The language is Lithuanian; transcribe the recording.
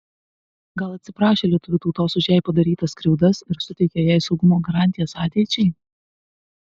gal atsiprašė lietuvių tautos už jai padarytas skriaudas ir suteikė jai saugumo garantijas ateičiai